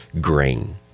grain